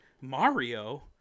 Mario